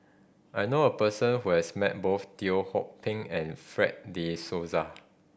I know a person who has met both Teo Ho Pin and Fred De Souza